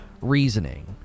reasoning